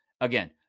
again